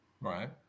right